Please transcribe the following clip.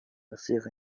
رفیق